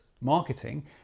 marketing